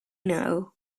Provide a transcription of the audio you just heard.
know